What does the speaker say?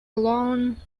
alone